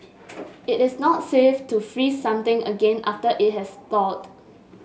it is not safe to freeze something again after it has thawed